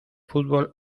fútbol